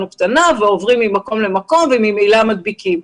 קטנה ועוברים ממקום למקום וממילא מדביקים.